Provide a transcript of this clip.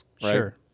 Sure